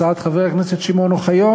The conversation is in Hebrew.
הצעות לסדר-היום של חברי הכנסת שמעון אוחיון,